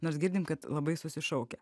nors girdim kad labai susišaukia